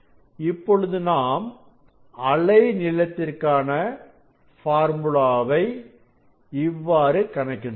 இப்பொழுது நாம் அலை நீளத்திற்கானஃபார்முலாவை இவ்வாறு கணக்கிடலாம்